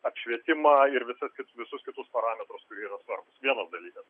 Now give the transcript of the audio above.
apšvietimą ir visus ki visus kitus parametrus kurie yra svarbūs vienas dalykas